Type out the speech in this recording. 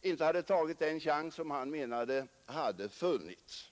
inte hade tagit den chans som han menade hade funnits.